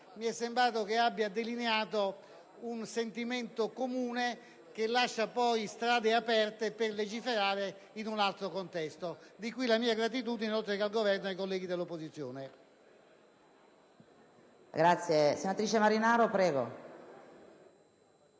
mi è sembrato abbia delineato un sentimento comune che lascia poi strade aperte per legiferare in un altro contesto. Di qui la mia gratitudine oltre che al Governo ai colleghi dell'opposizione.